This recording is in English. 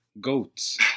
Goats